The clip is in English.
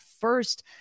first